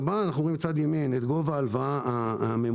בצד ימין רואים את גובה ההלוואה הממוצעת.